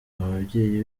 ababyeyi